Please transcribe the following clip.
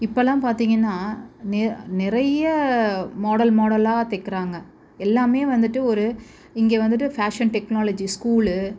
இப்பெல்லாம் பார்த்தீங்கன்னா நெ நிறைய மாடல் மாடலாக தைக்கிறாங்க எல்லாமே வந்துட்டு ஒரு இங்கே வந்துட்டு ஃபேஷன் டெக்னாலஜி ஸ்கூலு